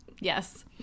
yes